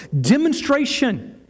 demonstration